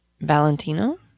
Valentino